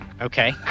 okay